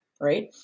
right